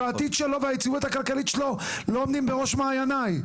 והעתיד שלו והיציבות הכלכלית שלו לא עומדים בראש מעייניי.